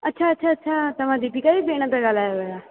अच्छा अच्छा अच्छा तव्हां दीपिका जी भेण था ॻाल्हायो या